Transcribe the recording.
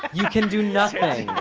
you can do nothing.